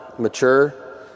mature